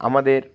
আমাদের